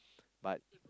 but